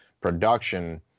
production